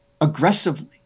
aggressively